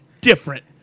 different